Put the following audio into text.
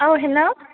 औ हेल्ल'